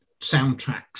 soundtracks